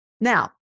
Now